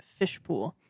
Fishpool